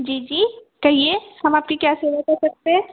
जी जी कहिए हम आपकी क्या सेवा कर सकते हैं